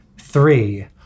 three